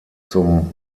zum